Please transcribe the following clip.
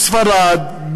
בספרד,